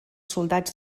soldats